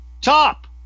top